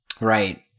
Right